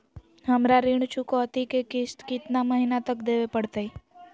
हमरा ऋण चुकौती के किस्त कितना महीना तक देवे पड़तई?